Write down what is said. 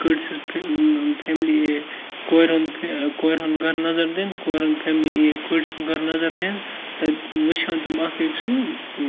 کٔٹۍ سٔنٛز فیملی اے کورِ ہُنٛد کورِ ہُنٛد گَرٕ نظر دِنۍ کورِ ہُنٛد فیملی اے کٔٹۍ سُنٛد گَرٕ نَظر دِنۍ تَتہِ وٕچھان تِم اکھ أکۍ سُنٛد